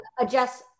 Adjust